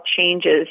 changes